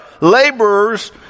laborers